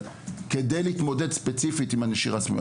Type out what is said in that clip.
אבל כדי להתמודד ספציפית עם הנשירה הסמויה,